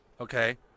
Okay